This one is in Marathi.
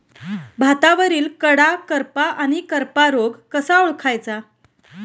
भातावरील कडा करपा आणि करपा रोग कसा ओळखायचा?